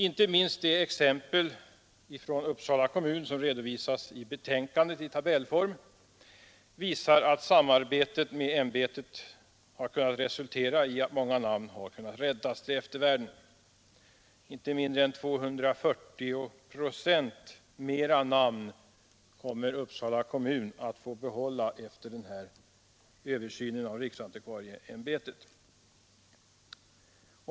Inte minst det exempel från Uppsala kommun som redovisas i tabellform i betänkandet visar att samarbetet med ämbetet har resulterat i att många namn har kunnat räddas till eftervärlden. Uppsala kommun kommer att få behålla inte mindre än 240 procent fler namn efter den här översynen av riksantikvarieämbetet.